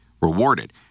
rewarded